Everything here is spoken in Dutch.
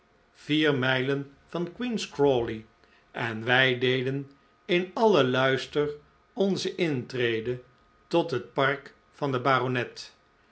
vier mijlen van queen's crawley en wij deden in alien luister onze intrede tot het park van den baronet